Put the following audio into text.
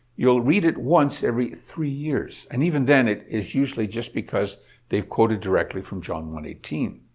you'll read it once every three years, and even then, it is usually just because they've quoted directly from john one eighteen.